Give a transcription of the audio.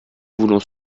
voulons